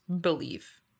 believe